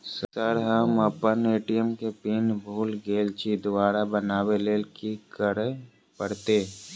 Sir हम अप्पन ATM केँ पिन भूल गेल छी दोबारा बनाबै लेल की करऽ परतै?